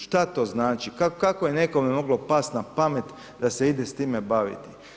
Šta to znači, kako je nekome moglo pasti na pamet da se ide s time baviti.